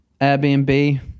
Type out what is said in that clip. Airbnb